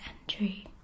entry